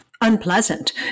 unpleasant